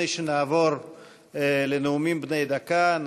לפני שנעבור לנאומים בני דקה,